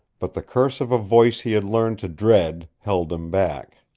but the curse of a voice he had learned to dread held him back.